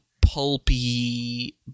pulpy